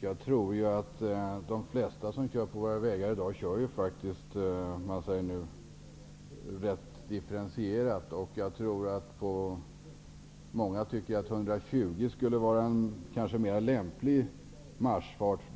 jag tror att det flesta som färdas på våra vägar i dag kör rätt differentierat. Jag tror att många tycker att 120 km skulle vara en mera lämplig marschfart.